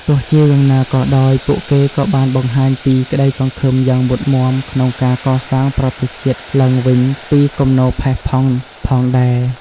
ទោះជាយ៉ាងណាក៏ដោយ ពួកគេក៏បានបង្ហាញពី ក្តីសង្ឃឹម យ៉ាងមុតមាំក្នុងការកសាងប្រទេសជាតិឡើងវិញពីគំនរផេះផង់ផងដែរ។